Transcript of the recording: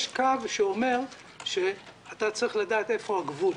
יש קו שאומר שאתה צריך לדעת איפה הגבול,